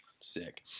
Sick